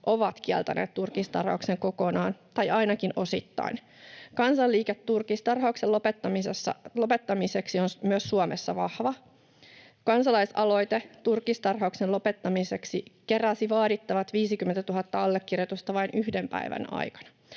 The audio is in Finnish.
ovat kieltäneet turkistarhauksen kokonaan tai ainakin osittain. Kansanliike turkistarhauksen lopettamiseksi on myös Suomessa vahva. Kansalaisaloite turkistarhauksen lopettamiseksi keräsi vaadittavat 50 000 allekirjoitusta vain yhden päivän aikana.